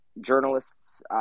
journalists –